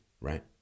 right